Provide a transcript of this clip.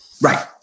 Right